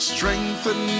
Strengthen